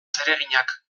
zereginak